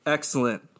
Excellent